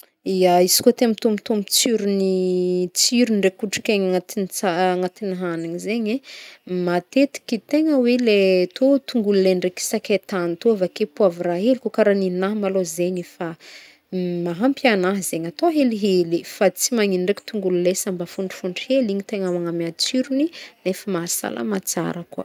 Ya, izy koa te hampitombotombo tsiron tsiro ndraiky otrik'aigny agnatin'ny ts- agnatin'ny hagniny zegny e, matetiky tegna hoe le tô tongolo ley ndraiky sakaitany tô avake poivre hely, karaha negna malô zegny efa mahampy agnahy zegny atao helihely e, fa tsy manino ndraiky tongolo ley fa mba fontrifontry hely igny tegna magnameo tsirony nefa mahasalama tsara koa.